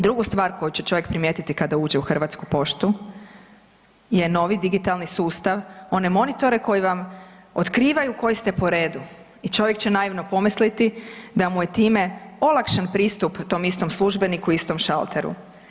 Drugu stvar koju će čovjek primijetiti kada uđe u HP je novi digitalni sustav, one monitore koji vam otkrivaju koji ste po redu i čovjek će naivno pomisliti da mu je time olakšan pristup tom istom službeniku istom šalteru.